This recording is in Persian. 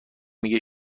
میگه